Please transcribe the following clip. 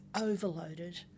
overloaded